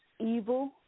Evil